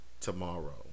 tomorrow